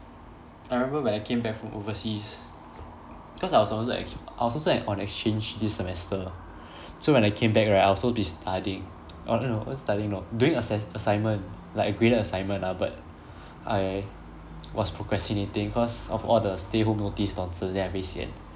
I remember when I came back from overseas because I was supposed to exch~ I also an on exchange this semester so when I came back right I also been studying oh no no not studying no doing asses~ assignment like a graded assignment ah but I was procrastinating cause of all the stay home notice nonsense then I very sian